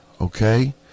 okay